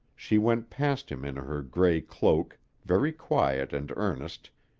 she went past him in her gray cloak, very quiet and earnest,